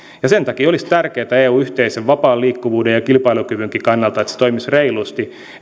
ja sen takia olisi tärkeätä eun yhteisen vapaan liikkuvuuden ja kilpailukyvynkin kannalta että se toimisi reilusti